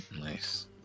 Nice